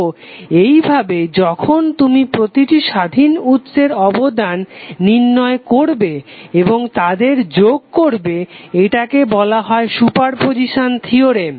তো এইভাবে যখন তুমি প্রতিটি স্বাধীন উৎসের অবদান নির্ণয় করবে এবং তাদের যোগ করবে এটাকে বলা হয় সুপারপজিসান থিওরেম